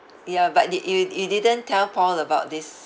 ya but did you you didn't tell paul about this